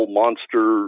monster